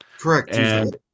Correct